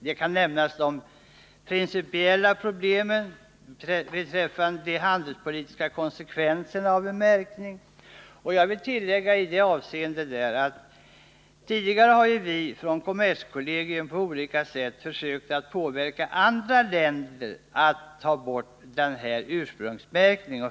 Här kan nämnas de principiella problemen, exempelvis de handelspolitiska konsekvenserna av en märkning. Jag vill tillägga i sammanhanget att tidigare har kommerskollegium på olika sätt försökt att påverka andra länder att ta bort ursprungsmärkningen.